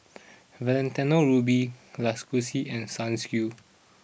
Valentino Rudy Lacoste and Sunsilk